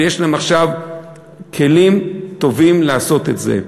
ויש להם עכשיו כלים טובים לעשות את זה.